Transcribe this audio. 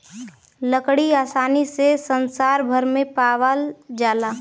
लकड़ी आसानी से संसार भर में पावाल जाला